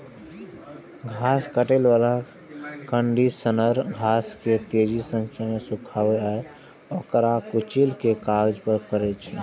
घास काटै बला कंडीशनर घास के तेजी सं सुखाबै आ ओकरा कुचलै के काज करै छै